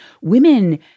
women